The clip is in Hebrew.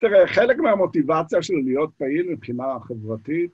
תראה, חלק מהמוטיבציה של להיות פעיל מבחינה חברתית...